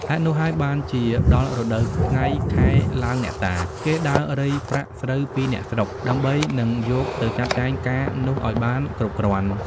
ហេតុនោះហើយ បានជាដល់រដូវថ្ងៃ ខែឡើងអ្នកតា គេដើររៃប្រាក់ស្រូវពីអ្នកស្រុក ដើម្បីនឹងយក ទៅចាត់ចែងការនោះ ឲ្យបានគ្រប់គ្រាន់។